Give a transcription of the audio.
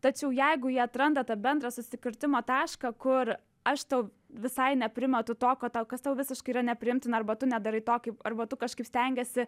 tačiau jeigu jie atranda tą bendrą susikirtimo tašką kur aš tau visai neprimetu to ko tau kas tau visiškai yra nepriimtina arba tu nedarai to kaip arba tu kažkaip stengiesi